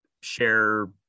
share